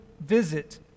visit